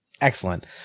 excellent